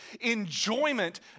enjoyment